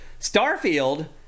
starfield